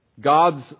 God's